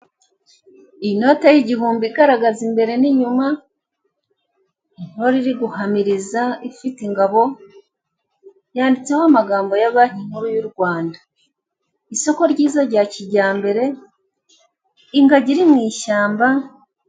Inote y'igihumbi igaragaza imbere n'inyuma, intore iri guhamiriza ifite ingabo yanditseho amagambo ya banki nkuru y'u Rwanda. isoko ryiza rya kijyambere, ingagi iri mu ishyamba.